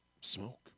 Smoke